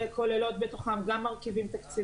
אלא אולי מהתקופה שאחריה שאז אנשים אמורים לחזור לעבודה,